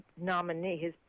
nominee